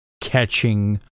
catching